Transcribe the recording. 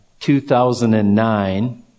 2009